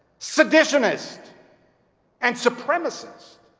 seditionist and supremacist.